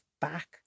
back